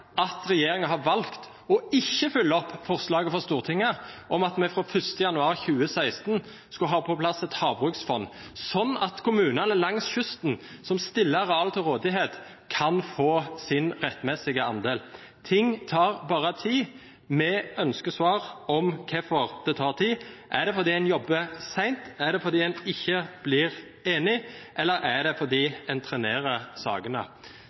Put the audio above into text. at regjeringen har valgt ikke å følge opp forslaget fra Stortinget om at vi fra 1. januar 2016 skulle ha på plass et havbruksfond, sånn at kommunene langs kysten som stiller areal til rådighet, kan få sin rettmessige andel? Ting tar bare tid, vi ønsker svar på hvorfor det tar tid. Er det fordi en jobber sent, er det fordi en ikke blir enig, eller er det fordi en trenerer sakene?